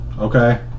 Okay